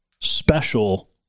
special